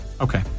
Okay